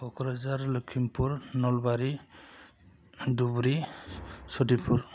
Kokrajhar Lakhimpur Nalbari Dhubri Sonitpur